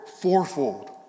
fourfold